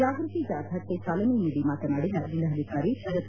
ಜಾಗೃತಿ ಜಾಥಾಕ್ಷೆ ಚಾಲನೆ ನೀಡಿ ಮಾತನಾಡಿದ ಜಿಲ್ಲಾಧಿಕಾರಿ ಶರತ್